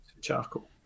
charcoal